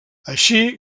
així